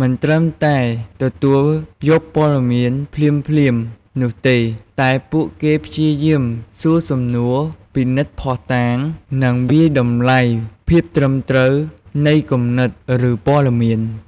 មិនត្រឹមតែទទួលយកព័ត៌មានភ្លាមៗនោះទេ តែពួកគេព្យាយាម សួរសំណួរ ពិនិត្យភស្តុតាង និងវាយតម្លៃភាពត្រឹមត្រូវ នៃគំនិត ឬព័ត៌មាន។